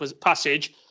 passage